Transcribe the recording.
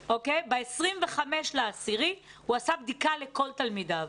ב-25 באוקטובר הוא עשה בדיקה לכל תלמידיו.